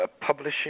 Publishing